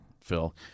Phil